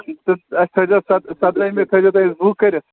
تہٕ اَسہِ تھٲوِزیٚو ست سَدہٲمہِ تھٲوِزیٚو تُہۍ اَسہِ بُک کٔرِتھ